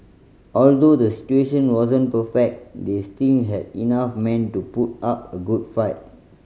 although the situation wasn't perfect they still had enough men to put up a good fight